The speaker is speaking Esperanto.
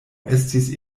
estis